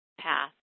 path